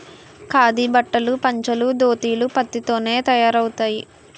ఖాదీ బట్టలు పంచలు దోతీలు పత్తి తోనే తయారవుతాయి